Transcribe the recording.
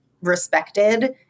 respected